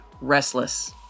restless